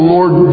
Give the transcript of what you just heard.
Lord